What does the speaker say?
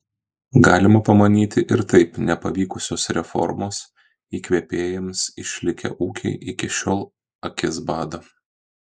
galima pamanyti ir taip nepavykusios reformos įkvėpėjams išlikę ūkiai iki šiol akis bado